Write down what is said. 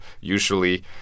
Usually